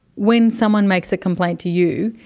when someone makes a complaint to you,